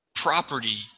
Property